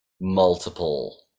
multiple